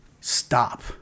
stop